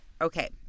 Okay